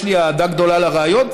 יש לי אהדה גדולה לרעיון.